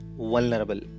vulnerable